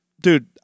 Dude